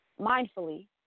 mindfully